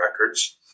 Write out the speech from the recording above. records